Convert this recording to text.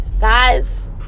guys